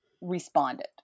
responded